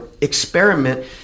experiment